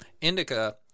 Indica